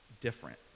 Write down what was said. different